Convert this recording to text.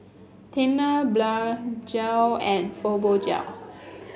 Tena Blephagel and Fibogel